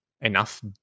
enough